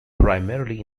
primarily